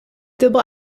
dubbel